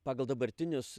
pagal dabartinius